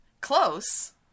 Close